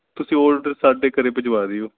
ਤੁਸੀਂ ਸਾਡੇ ਘਰ ਪੁਜਵਾ ਦਿਓ